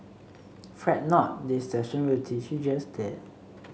fret not this session will teach you just that